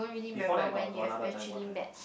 before that got got another time one time